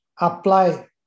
apply